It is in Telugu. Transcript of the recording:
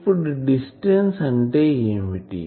ఇప్పుడు డిస్టెన్స్ అంటే ఏమిటి